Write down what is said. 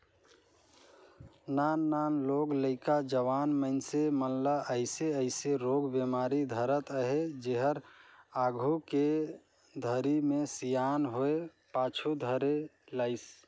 नान नान लोग लइका, जवान मइनसे मन ल अइसे अइसे रोग बेमारी धरत अहे जेहर आघू के घरी मे सियान होये पाछू धरे लाइस